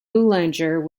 boulanger